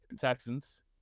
Texans